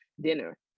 dinner